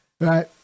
right